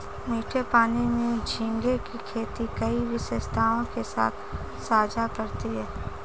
मीठे पानी में झींगे की खेती कई विशेषताओं के साथ साझा करती है